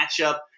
matchup